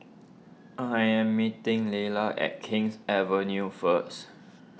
I am meeting Lelia at King's Avenue first